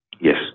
Yes